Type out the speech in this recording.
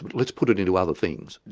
but let's put it into other things.